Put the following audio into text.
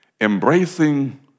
embracing